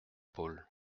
paul